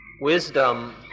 wisdom